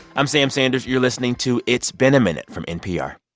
i'm sam sanders. you're listening to it's been a minute from npr